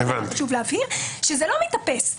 ולכן היה חשוב להבהיר היא שזה לא מתאפס;